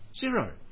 Zero